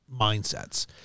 mindsets